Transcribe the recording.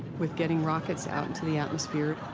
with getting rockets out into the atmosphere.